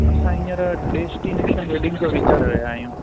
असां हींअर destination wedding जो वीचारे रहिया आहियूं